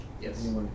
Yes